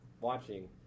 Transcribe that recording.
watching